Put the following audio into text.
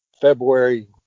February